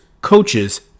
coaches